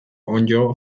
onddo